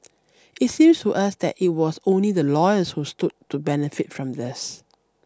it seems to us that it was only the lawyers who stood to benefit from this